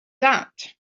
that